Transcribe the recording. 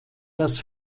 das